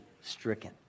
stricken